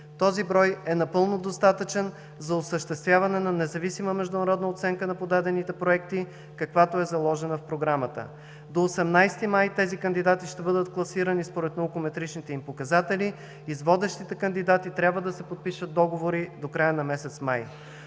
Този брой е напълно достатъчен за осъществяване на независима международна оценка на подадените проекти, каквато е заложена в Програмата. До 18 май тези кандидати ще бъдат класирани спрямо наукометричните им показатели и с водещите кандидати трябва да се подпишат договори до края на месец май.